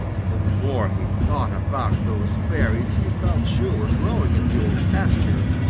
the more he thought about those berries he felt sure were growing in the old pasture,